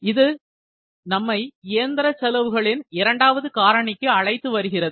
இது நம்மை இயந்திர செலவுகளின் இரண்டாவது காரணிக்கு அழைத்து வருகிறது